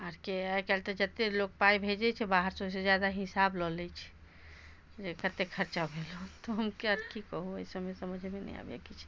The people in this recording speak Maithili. आओरके आइ काल्हि तऽ जतेक लोक पाइ भेजै छै बाहरसँ ओहिसँ ज्यादा हिसाब लऽ लै छै जे कतेक खर्चा भेल तऽ हम की कहू एहि सबमे समझेमे नहि आबैए किछु